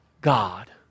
God